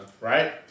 Right